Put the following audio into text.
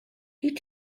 die